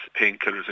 painkillers